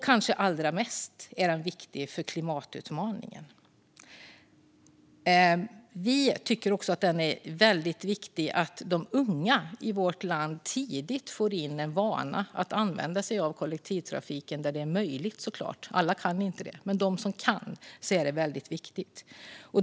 Särskilt viktig är den med tanke på klimatutmaningen. Vi tycker att det är väldigt viktigt att de unga i vårt land tidigt får in en vana att använda sig av kollektivtrafiken där det är möjligt. Alla kan inte det, men för dem som kan det är det väldigt viktigt.